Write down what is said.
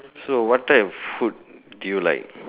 so what type of food do you like